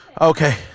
Okay